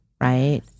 right